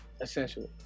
essentially